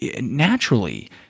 naturally –